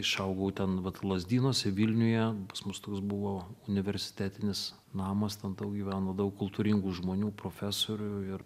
išaugau ten vat lazdynuose vilniuje pas mus toks buvo universitetinis namas ten tau gyveno daug kultūringų žmonių profesorių ir